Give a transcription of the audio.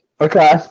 Okay